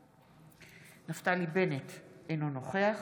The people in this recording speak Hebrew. בעד נפתלי בנט, אינו נוכח